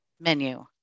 menu